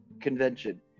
convention